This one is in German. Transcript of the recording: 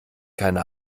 keine